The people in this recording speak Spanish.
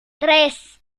tres